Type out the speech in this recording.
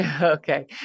Okay